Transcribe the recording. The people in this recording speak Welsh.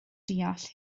deall